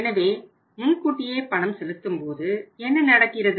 எனவே முன்கூட்டியே பணம் செலுத்தும்போது என்ன நடக்கிறது